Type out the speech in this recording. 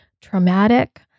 traumatic